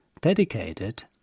dedicated